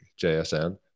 jsn